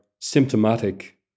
symptomatic